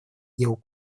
дел